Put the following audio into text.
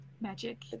Magic